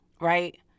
Right